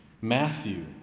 Matthew